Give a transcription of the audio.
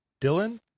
Dylan